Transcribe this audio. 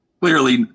Clearly